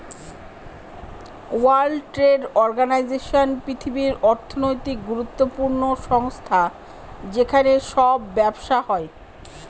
world Trade Organization পৃথিবীর অর্থনৈতিক গুরুত্বপূর্ণ সংস্থা যেখানে সব ব্যবসা হয়